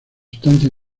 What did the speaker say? estancia